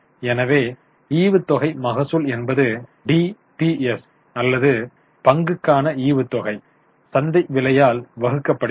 எனவே ஈவுத்தொகை மகசூல் என்பது டிபிஎஸ் அல்லது பங்குக்கான ஈவுத்தொகை சந்தை விலையால் வகுக்கப்படுகிறது